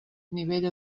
nivell